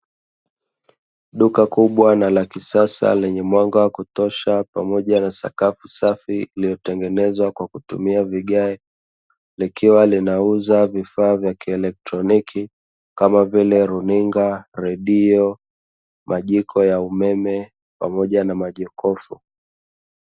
Duka kubwa lenye mwanga wa kutosha pamoja na sakafu safi, iliyotengenezwa kwa kutumia vigae likiwa linauza vifaa vya kielektroniki kama vile runinga, redio, majiko ya umeme pamoja na majokofu.